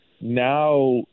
Now